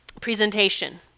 presentation